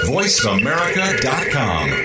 VoiceAmerica.com